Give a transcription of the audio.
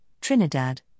Trinidad